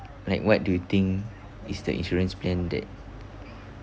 like what do you think is the insurance plan that